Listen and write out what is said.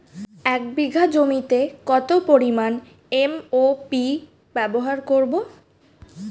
এক বিঘা জমিতে কত পরিমান এম.ও.পি ব্যবহার করব?